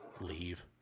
leave